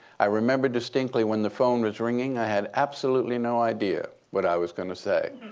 i remember distinctly when the phone was ringing, i had absolutely no idea what i was going to say.